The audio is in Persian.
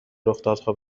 رخدادها